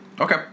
Okay